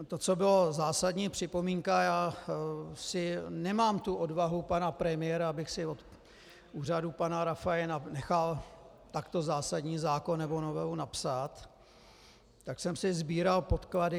To, co byla zásadní připomínka já nemám tu odvahu pana premiéra, abych si od úřadu pana Rafaje nechal takto zásadní zákon nebo novelu napsat, tak jsem si sbíral podklady.